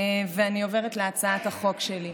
אני עוברת להצעת החוק שלי.